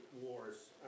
wars